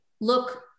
look